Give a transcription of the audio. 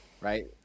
right